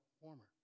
Warmer